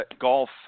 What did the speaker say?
golf